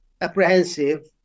apprehensive